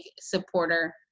supporter